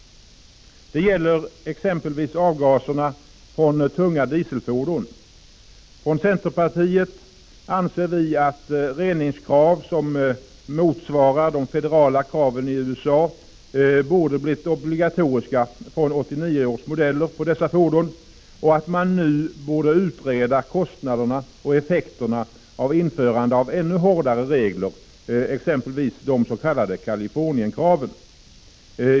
Det gäller exempelvis avgaserna från tunga dieselfordon. Från centerpartiet anser vi att reningskrav som motsvarar de federala kraven i USA borde ha blivit obligatoriska fr.o.m. 1989 års modeller av dessa fordon och att man nu bör utreda kostnader och effekter av införande av ännu hårdare regler, exempelvis de s.k. Kalifornienkraven.